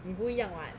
你不一样 [what]